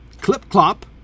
clip-clop